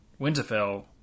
Winterfell